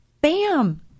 bam